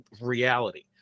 reality